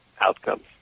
outcomes